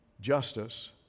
justice